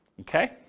Okay